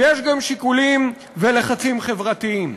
ויש גם שיקולים ולחצים חברתיים.